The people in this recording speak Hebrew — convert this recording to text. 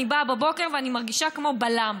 אני באה בבוקר ואני מרגישה כמו בלם,